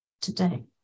today